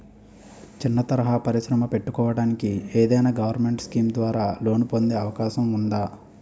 చిన్న తరహా పరిశ్రమ పెట్టుకోటానికి ఏదైనా గవర్నమెంట్ స్కీం ద్వారా లోన్ పొందే అవకాశం ఉందా?